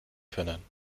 können